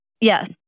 Yes